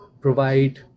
provide